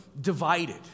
divided